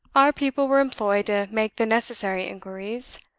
our people were employed to make the necessary inquiries.